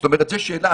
זאת אומרת שזאת שאלה.